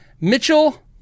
Mitchell